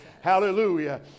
hallelujah